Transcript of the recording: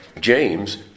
James